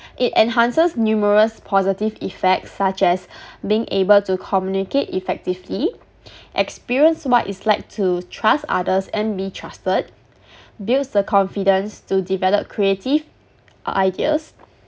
it enhances numerous positive effects such as being able to communicate effectively experience what it's like to trust others and be trusted builds the confidence to develop creative ideas